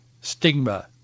stigma